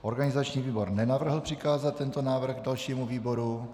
Organizační výbor nenavrhl přikázat tento návrh dalšímu výboru.